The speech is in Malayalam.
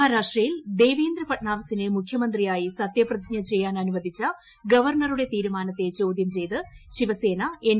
മഹാരാഷ്ട്രയിൽ ദേവേന്ദ്ര ഫട്നാവിസിനെ മുഖ്യമന്ത്രിയായി സത്യപ്രതിജ്ഞ ചെയ്യാൻ അനുവദിച്ച ഗവർണറുടെ തീരുമാനത്തെ ചോദ്യം ചെയ്ത് ശിവസേന എൻ